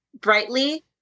brightly